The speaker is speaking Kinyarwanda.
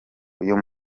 uyu